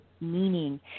meaning